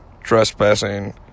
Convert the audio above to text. trespassing